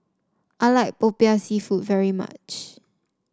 I like Popiah seafood very much